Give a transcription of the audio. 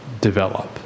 develop